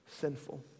sinful